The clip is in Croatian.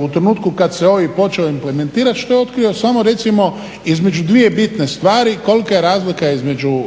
u trenutku kad se OIB počeo implementirati što je otkrio samo recimo između dvije bitne stvari kolika je razlika između